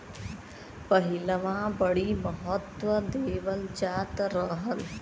पहिलवां बड़ी महत्त्व देवल जात रहल